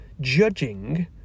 judging